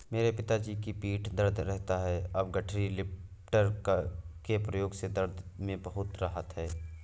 मेरे पिताजी की पीठ दर्द रहता था अब गठरी लिफ्टर के प्रयोग से दर्द में बहुत राहत हैं